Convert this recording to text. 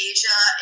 Asia